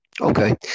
Okay